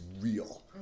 real